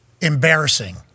embarrassing